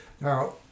Now